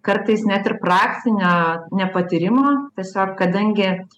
kartais net ir praktinio nepatyrimo tiesiog kadangi